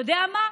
אתה יודע מה?